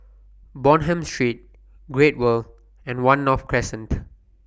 Bonham Street Great World and one North Crescent